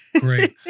great